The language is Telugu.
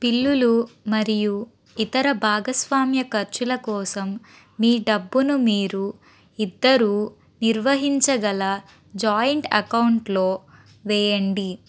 బిల్లులు మరియు ఇతర భాగస్వామ్య ఖర్చుల కోసం మీ డబ్బును మీరు ఇద్దరూ నిర్వహించగల జాయింట్ అకౌంట్లో వేయండి